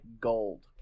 gold